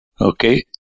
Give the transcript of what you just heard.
Okay